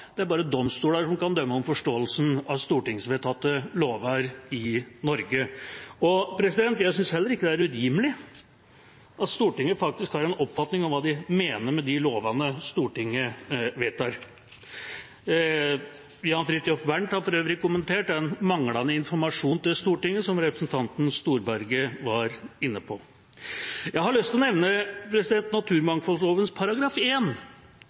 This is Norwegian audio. det er bare domstoler som kan dømme om forståelsen av stortingsvedtatte lover i Norge. Jeg synes heller ikke det er urimelig at Stortinget har en oppfatning om hva de mener med de lovene Stortinget vedtar. Jan Fridthjof Bernt har for øvrig kommentert den manglende informasjonen til Stortinget, som representanten Storberget var inne på. Jeg har lyst til å nevne